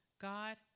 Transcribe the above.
God